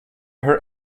her